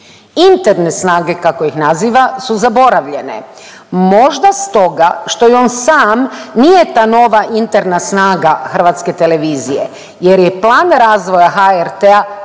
Interne snage kako ih naziva su zaboravljene. Možda stoga što i on sam nije ta nova interna snaga hrvatske televizije jer je plan razvoja HRT